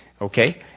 Okay